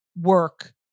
work